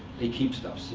they keep stuff. so